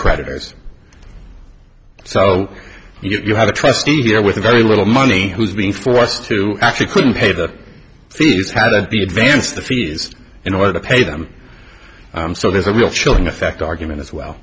creditors so you have a trustee here with very little money who's being forced to actually couldn't pay the fees have been advanced the fees in order to pay them so there's a real chilling effect argument as well